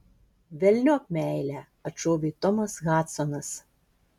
velniop meilę atšovė tomas hadsonas